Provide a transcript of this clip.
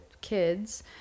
kids